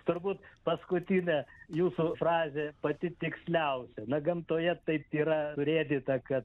turbūt paskutinė jūsų frazė pati tiksliausia na gamtoje taip yra surėdyta kad